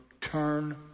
turn